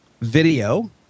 video